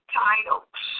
titles